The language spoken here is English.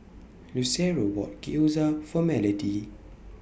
Lucero bought Gyoza For Melodie